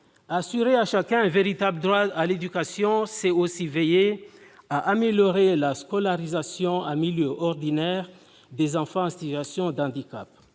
Assurer à chacun un véritable droit à l'éducation, c'est aussi veiller à améliorer la scolarisation en milieu ordinaire des enfants en situation de handicap.